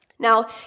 Now